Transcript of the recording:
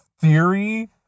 theory